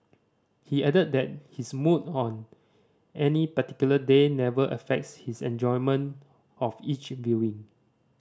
he added that his mood on any particular day never affects his enjoyment of each viewing